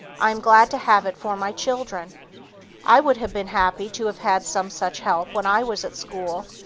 i am glad to have it for my children i would have been happy to have had some such help when i was at school,